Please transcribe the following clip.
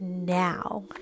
Now